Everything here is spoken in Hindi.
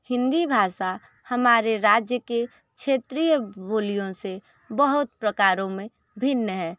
हिंदी भाषा हमारे राज्य के क्षेत्रीय बोलियों से बहुत प्रकारों में भिन्न हैं